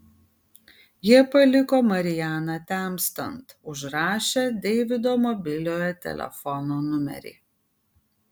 jie paliko marianą temstant užrašę deivido mobiliojo telefono numerį